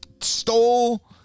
stole